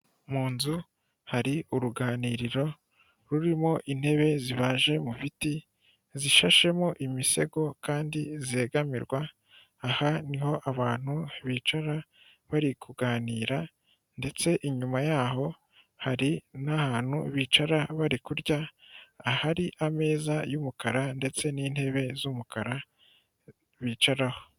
Mu nzu hari uruganiriro rurimo intebe zibaje mu biti zishashemo imisego kandi zegamirwa, aha niho abantu bicara bari kuganira ndetse inyuma yaho hari n'ahantu bicara bari kurya ahari ameza y'umukara ndetse n'intebe z'umukara bicaraho.